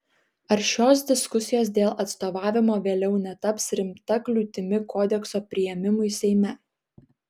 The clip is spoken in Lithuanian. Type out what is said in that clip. ar šios diskusijos dėl atstovavimo vėliau netaps rimta kliūtimi kodekso priėmimui seime